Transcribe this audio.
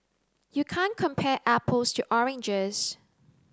you can't compare apples to oranges